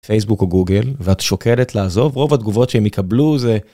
פייסבוק או גוגל, ואת שוקלת לעזוב, רוב התגובות שהם יקבלו זה